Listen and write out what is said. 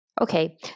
Okay